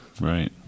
right